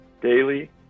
daily